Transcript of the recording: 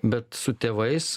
bet su tėvais